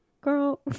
girl